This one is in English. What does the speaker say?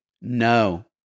no